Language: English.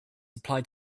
applied